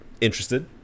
interested